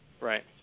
Right